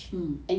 mm